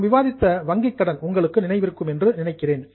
நாம் விவாதித்த வங்கி கடன் உங்களுக்கு நினைவிருக்கும் என்று நினைக்கிறேன்